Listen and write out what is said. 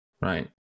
right